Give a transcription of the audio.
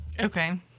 Okay